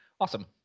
Awesome